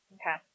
okay